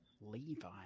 Levi